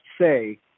say